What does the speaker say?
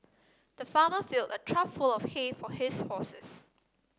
the farmer filled a trough full of hay for his horses